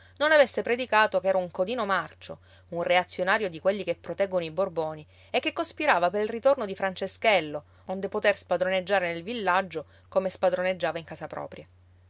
non avesse predicato che era un codino marcio un reazionario di quelli che proteggono i borboni e che cospirava pel ritorno di franceschello onde poter spadroneggiare nel villaggio come spadroneggiava in casa propria